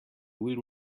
will